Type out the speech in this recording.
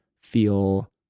feel